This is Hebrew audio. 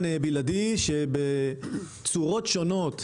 בלעדי מונע ייבוא מקביל בצורות שונות,